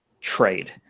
trade